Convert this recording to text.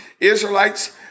Israelites